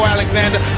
Alexander